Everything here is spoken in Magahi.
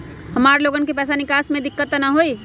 हमार लोगन के पैसा निकास में दिक्कत त न होई?